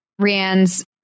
Rianne's